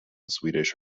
swedish